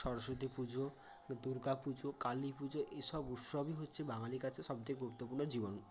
সরস্বতী পুজো দুর্গা পুজো কালী পুজো এই সব উৎসবই হচ্ছে বাঙালির কাছে সবথেকে গুরুত্বপূর্ণ জীবন